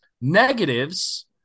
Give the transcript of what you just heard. negatives